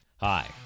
Hi